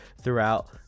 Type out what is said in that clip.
throughout